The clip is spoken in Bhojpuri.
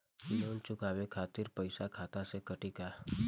लोन चुकावे खातिर पईसा खाता से कटी का?